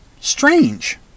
strange